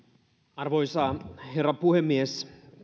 arvoisa herra puhemies